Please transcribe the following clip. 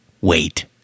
wait